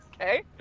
Okay